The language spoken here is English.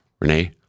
Renee